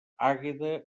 àgueda